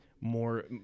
more